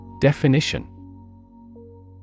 Definition